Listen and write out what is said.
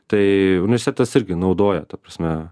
tai unversetas irgi naudoja ta prasme